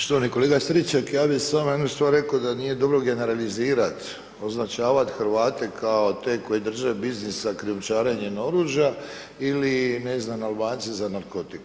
Štovani kolega Stričak, ja bih samo jednu stvar rekao da nije dobro generalizirati, označavati Hrvate kao te koji drže biznis sa krijumčarenjem oružja ili ne znam Albance za narkotike.